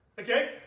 Okay